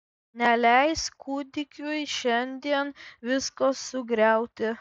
neleis kūdikiui šiandien visko sugriauti